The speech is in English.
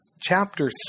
chapter